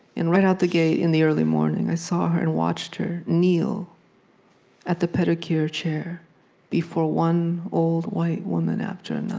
and right out of the gate, in the early morning, i saw her and watched her kneel at the pedicure chair before one old, white woman after and